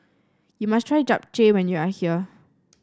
you must try Japchae when you are here